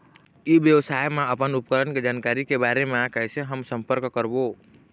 ई व्यवसाय मा अपन उपकरण के जानकारी के बारे मा कैसे हम संपर्क करवो?